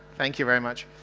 thank you very much